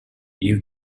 you